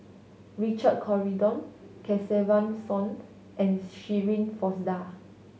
Richard Corridon Kesavan Soon and Shirin Fozdar